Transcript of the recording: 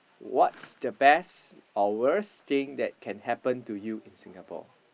what's the best or worst thing that can happen to you in Singapore